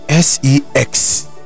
Sex